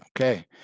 Okay